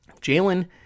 Jalen